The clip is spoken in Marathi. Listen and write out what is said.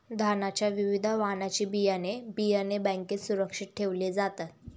धान्याच्या विविध वाणाची बियाणे, बियाणे बँकेत सुरक्षित ठेवले जातात